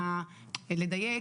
רוצה לדייק.